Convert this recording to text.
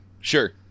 Sure